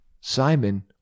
Simon